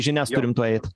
žinias turim tuoj eit